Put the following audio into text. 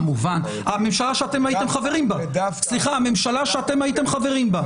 כמובן, הממשלה שאתם הייתם חברים בה.